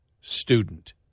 student